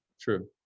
true